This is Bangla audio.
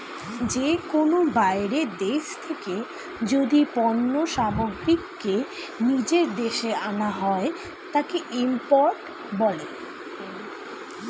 যে কোনো বাইরের দেশ থেকে যদি পণ্য সামগ্রীকে নিজের দেশে আনা হয়, তাকে ইম্পোর্ট বলে